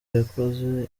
yakoze